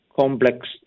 complex